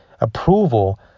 approval